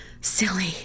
Silly